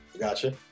Gotcha